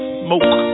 smoke